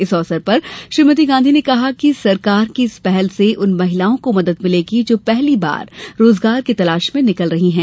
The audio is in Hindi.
इस अवसर पर श्रीमती गांधी ने कहा कि सरकार की इस पहल से उन महिलाओं को मदद मिलेगी जो पहली बार रोजगार की तलाश में निकल रही हैं